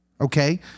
Okay